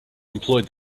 employed